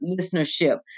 listenership